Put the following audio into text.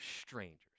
strangers